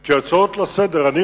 כי ההצעות לסדר-היום,